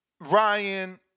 Ryan